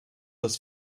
was